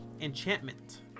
Enchantment